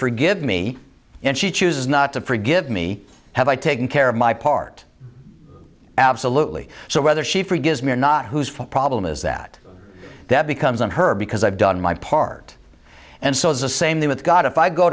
forgive me and she chooses not to forgive me have i taken care of my part absolutely so whether she forgives me or not whose fault problem is that that becomes on her because i've done my part and so it's the same thing with god if i go